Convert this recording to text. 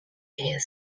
his